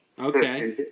Okay